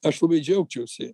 aš labai džiaugčiausi